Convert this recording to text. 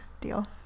deal